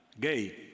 gay